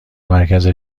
مرکز